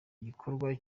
gikorwa